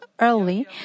early